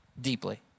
deeply